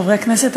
חברי הכנסת,